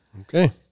Okay